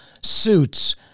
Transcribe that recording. suits